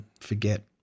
forget